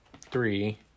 three